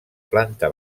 planta